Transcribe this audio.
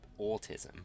autism